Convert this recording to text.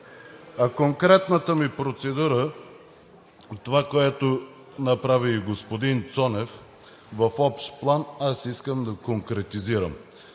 Конкретната ми процедура – това, което направи и господин Цонев в общ план, аз искам да конкретизирам.